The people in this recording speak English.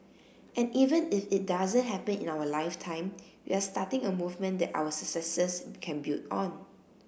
and even if it doesn't happen in our lifetime we are starting a movement that our successors can build on